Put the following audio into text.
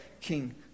king